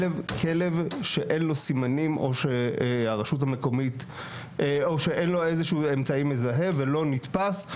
כלב שאין לו סימנים או שאין לו איזשהו אמצעי מזהה ולא נתפס,